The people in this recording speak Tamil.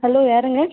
ஹலோ யாருங்க